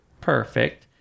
Perfect